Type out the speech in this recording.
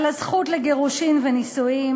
על הזכות לגירושין ונישואין,